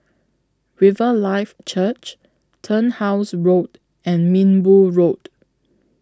Riverlife Church Turnhouse Road and Minbu Road